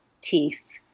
teeth